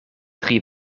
drie